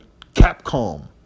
Capcom